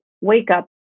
wake-up